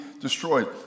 destroyed